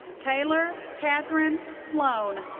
taylor catherine sloan.